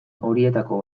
horietako